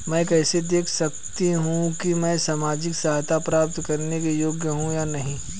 मैं कैसे देख सकती हूँ कि मैं सामाजिक सहायता प्राप्त करने के योग्य हूँ या नहीं?